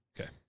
Okay